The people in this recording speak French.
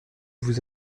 vous